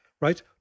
right